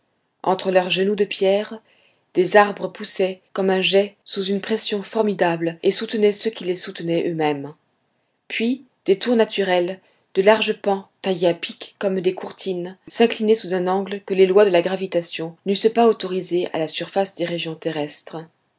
entre leurs genoux de pierre des arbres poussaient comme un jet sous une pression formidable et soutenaient ceux qui les soutenaient eux-mêmes puis des tours naturelles de larges pans taillés à pic comme des courtines s'inclinaient sous un angle que les lois de la gravitation n'eussent pas autorisé à la surface des régions terrestres